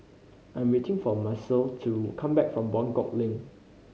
I am waiting for Macel to come back from Buangkok Link